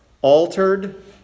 altered